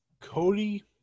Cody